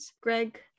Greg